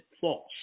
false